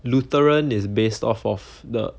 lutheran is based off of the